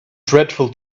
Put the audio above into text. dreadful